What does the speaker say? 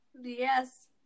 Yes